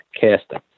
casting